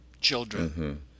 children